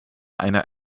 einer